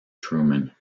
truman